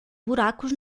buracos